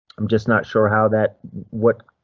i'm just not sure how that what,